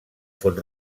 font